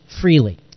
freely